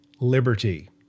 liberty